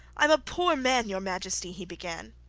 i'm a poor man, your majesty he began.